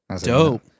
Dope